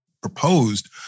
proposed